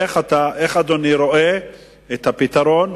איך אדוני רואה את הפתרון,